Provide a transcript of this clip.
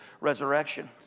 resurrection